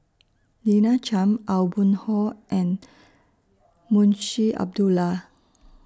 Lina Chiam Aw Boon Haw and Munshi Abdullah